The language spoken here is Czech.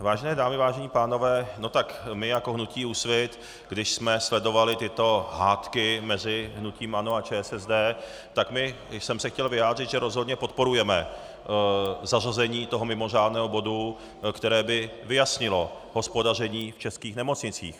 Vážené dámy, vážení pánové, my jako hnutí Úsvit, když jsme sledovali tyto hádky mezi hnutím ANO a ČSSD, tak jsem se chtěl vyjádřit, že rozhodně podporujeme zařazení toho mimořádného bodu, které by vyjasnilo hospodaření v českých nemocnicích.